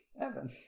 Evan